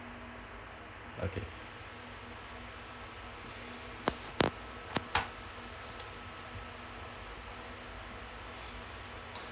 okay